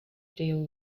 deal